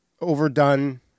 overdone